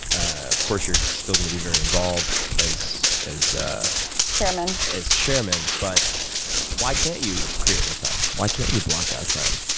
of course you're still going to be very involved as as ah chairman. as chairman but why can't you create more time? why can't you block out time?